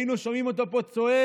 היינו שומעים אותו פה צועק